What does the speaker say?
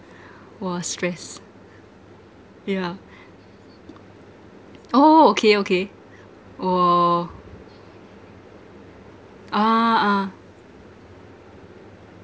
!wah! stress yeah oh okay okay oh ah